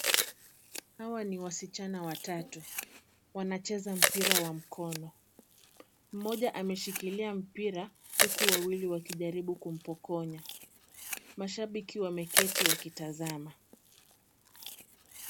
Hawa ni wasichana watatu, wanacheza mpira wa mkono . Mmoja ameshikilia mpira huku wawili wakijaribu kumpokonya . Mashabiki wameketi wakitazama.